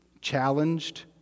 challenged